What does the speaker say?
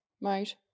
right